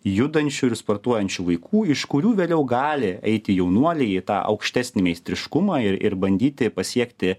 judančių ir sportuojančių vaikų iš kurių vėliau gali eiti jaunuoliai į aukštesnį meistriškumą ir ir bandyti pasiekti